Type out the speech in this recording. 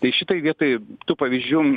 tai šitoj vietoj tų pavyzdžių